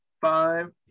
five